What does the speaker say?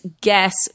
guess